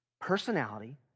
personality